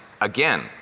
again